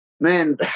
Man